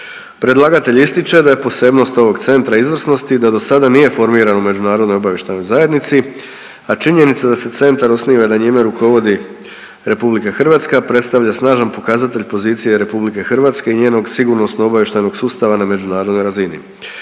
Predlagatelj ističe da je posebnost ovog centra izvrsnosti da do sada nije formiran u međunarodnoj obavještajnoj zajednici, a činjenica da se centar osniva i da njime rukovodi RH predstavlja snažan pokazatelj pozicije RH i njenog sigurnosno-obavještajnog sustava na međunarodnoj razini.